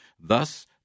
thus